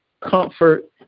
comfort